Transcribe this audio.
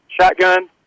Shotgun